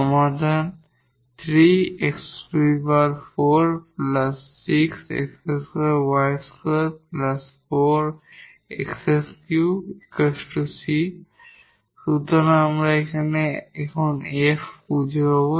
সমাধান সুতরাং আমরা এখন f খুঁজে পাব